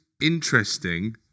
interesting